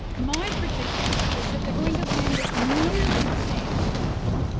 my prediction is that they're going to land at nearly the same time.